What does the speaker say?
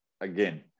again